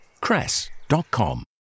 Cress.com